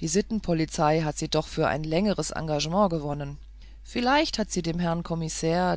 die sittenpolizei hat sie doch für ein längeres engagement gewonnen vielleicht hat sie dem herrn kommissär